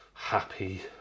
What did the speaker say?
happy